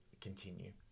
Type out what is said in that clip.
continue